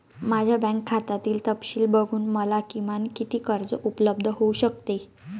माझ्या बँक खात्यातील तपशील बघून मला किमान किती कर्ज उपलब्ध होऊ शकते?